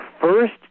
first